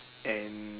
and